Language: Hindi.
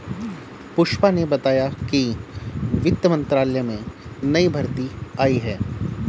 पुष्पा ने बताया कि वित्त मंत्रालय में नई भर्ती आई है